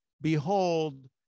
Behold